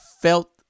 felt